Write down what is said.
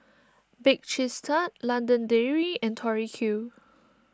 Bake Cheese Tart London Dairy and Tori Q